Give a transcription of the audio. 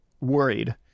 worried